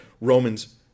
Romans